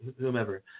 whomever